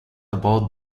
about